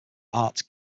art